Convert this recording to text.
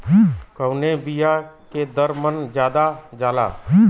कवने बिया के दर मन ज्यादा जाला?